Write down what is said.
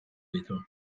ditu